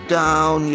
down